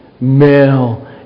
Male